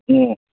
ꯑꯣ